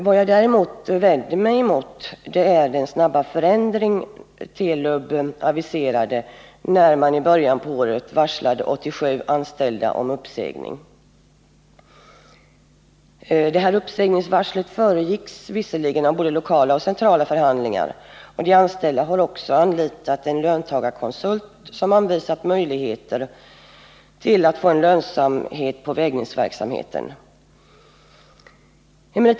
Vad jag däremot vänder mig emot är den snabba förändring som Telub aviserade när i början av året 87 anställda varslades om uppsägning. Uppsägningsvarslet föregicks visserligen av både lokala och centrala förhandlingar, och de anställda har också anlitat en löntagarkonsult, som anvisat möjligheter att göra vägningsverksamheten lönsam.